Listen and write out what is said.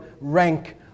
rank